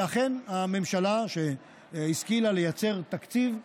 ואכן, הממשלה, שהשכילה לייצר תקציב,